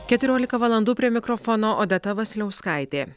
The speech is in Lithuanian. keturiolika valandų prie mikrofono odeta vasiliauskaitė